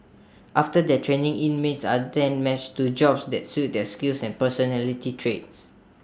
after their training inmates are then matched to jobs that suit their skills and personality traits